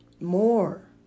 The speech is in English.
more